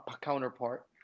counterpart